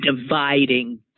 dividing